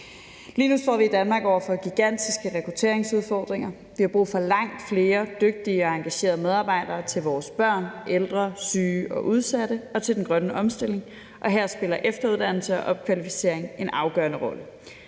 Lige nu står vi i Danmark over for gigantiske rekrutteringsudfordringer. Vi har brug for langt flere dygtige og engagerede medarbejdere til vores børn, ældre, syge og udsatte og til den grønne omstilling, og her spiller efteruddannelse og opkvalificering en afgørende rolle.